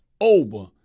over